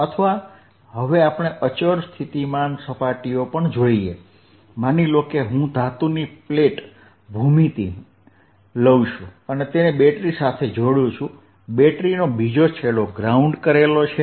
અથવા હવે આપણે અચળ સ્થિતિમાન સપાટીઓ પણ જોઈએ માની લો કે હું ધાતુની પ્લેટ ભૂમિતિ લઉં છું અને તેને બેટરી સાથે જોડું છું બેટરીનો બીજો છેડો ગ્રાઉન્ડ કરેલો છે